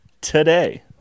today